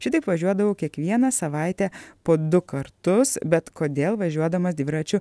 šitaip važiuodavau kiekvieną savaitę po du kartus bet kodėl važiuodamas dviračiu